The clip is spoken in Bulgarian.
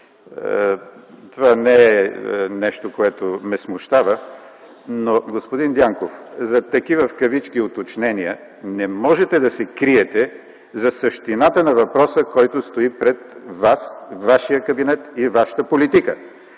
това не е нещо, което ме смущава. Господин Дянков, зад такива „уточнения” не можете да се криете за същината на въпроса, който стои пред Вас, вашия кабинет и вашата политика.